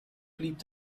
blieb